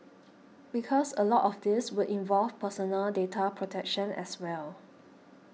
because a lot of this would involve personal data protection as well